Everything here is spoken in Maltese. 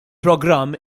programm